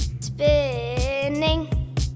Spinning